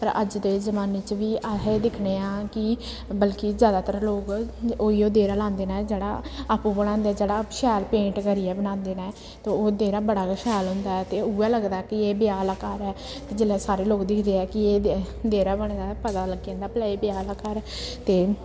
पर अज्ज दे जमान्ने च बी अस एह् दिक्खने आं कि बल्कि जाैदातर लोक ओहियो देह्रा लांदे न जेह्ड़ा आपूं बनांदे जेह्ड़ा शैल पेंट करियै बनांदे न ते ओह् देह्रा बड़ा गै शैल होंदा ऐ ते उ'ऐ लगदा कि एह् ब्याह् आह्ला घर ऐ ते जेल्लै सारे लोग दिखदे ऐ कि एह् देह्रा बने दा ऐ पता लग्गी जंदा भला एह् ब्याह् आह्ला घर ऐ ते